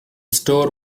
store